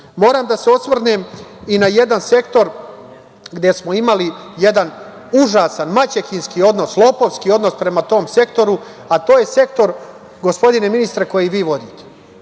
da se osvrnem i na jedan sektor gde smo imali jedan užasan, maćehinski odnos, lopovski odnos prema tom sektoru, a to je sektor, gospodine ministre koji vi vodite.